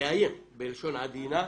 בשלון עדינה,